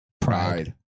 pride